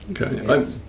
Okay